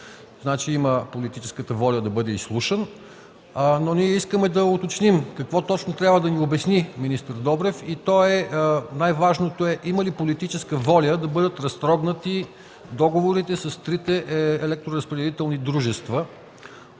значи има политическата воля да бъде изслушан. Ние искаме да уточним какво точно трябва да ни обясни министър Добрев и най-важното – има ли политическа воля да бъдат разтрогнати договорите с трите електроразпределителни дружества?